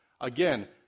Again